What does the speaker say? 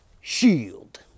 Shield